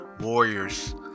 Warriors